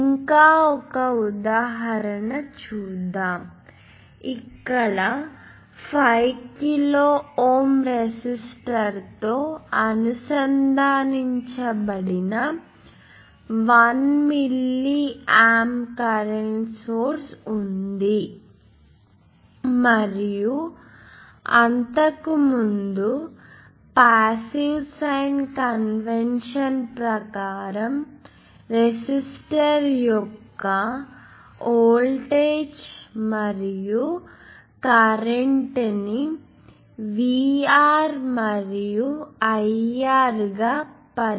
ఇంకా ఒక ఉదాహరణ చూద్దాం ఇక్కడ 5 కిలో Ω రెసిస్టర్తో అనుసంధానించబడిన 1 మిల్లియాంప్ కరెంట్ సోర్స్ ఉంది మరియు అంతకుముందు పాసివ్ సైన్ కన్వెన్షన్ ప్రకారం రెసిస్టర్ యొక్క వోల్టేజ్ మరియు కరెంట్ ని VR మరియు IR గా పరిగణిస్తాము